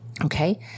Okay